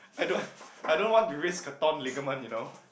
I don't want I don't want to raise a torn ligament you know